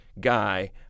guy